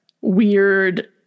weird